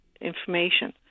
information